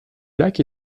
lac